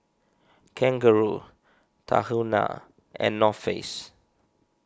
Kangaroo Tahuna and North Face